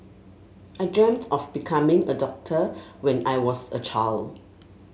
I dreamt of becoming a doctor when I was a child